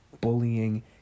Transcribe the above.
bullying